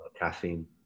caffeine